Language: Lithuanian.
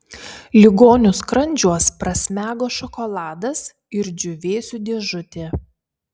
ligonių skrandžiuos prasmego šokoladas ir džiūvėsių dėžutė